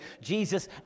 Jesus